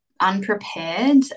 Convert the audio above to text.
unprepared